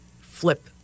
flip